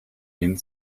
hin